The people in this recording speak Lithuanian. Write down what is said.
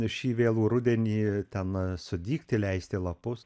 šį vėlų rudenį ten sudygti leisti lapus